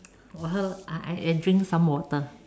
我喝 I I I drink some water